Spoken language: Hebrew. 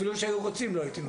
אפילו שהיו רוצים לא הייתי נוסע.